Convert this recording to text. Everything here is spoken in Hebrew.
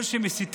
כל אלה שמסיתים,